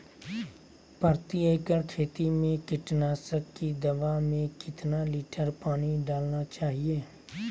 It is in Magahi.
प्रति एकड़ खेती में कीटनाशक की दवा में कितना लीटर पानी डालना चाइए?